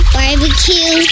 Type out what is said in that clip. Barbecue